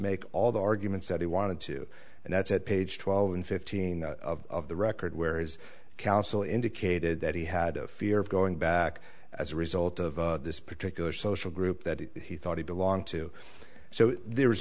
make all the arguments that he wanted to and that's at page twelve in fifteen of the record where his counsel indicated that he had a fear of going back as a result of this particular social group that he thought he belonged to so there was